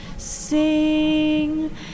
Sing